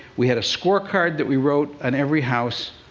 we had a scorecard that we wrote on every house.